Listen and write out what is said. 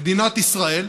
"מדינת ישראל,